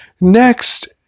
Next